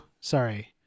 sorry